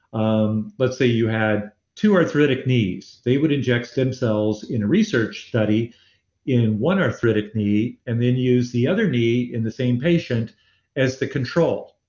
um let's say you had two arthritic knees. knees. they would inject stem cells in a research study in one arthritic knee and then use the other knee in the same patient as the control.